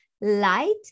light